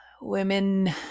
Women